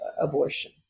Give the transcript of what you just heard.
abortion